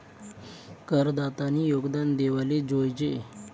करदातानी योगदान देवाले जोयजे